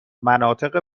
مناطق